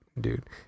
dude